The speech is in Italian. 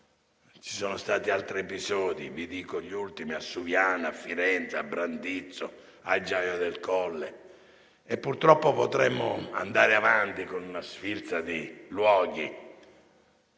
ci sono stati altri episodi, solo per citare gli ultimi, a Suviana, a Firenze, a Brandizzo, a Gioia del Colle e purtroppo potremmo andare avanti con una sfilza di luoghi.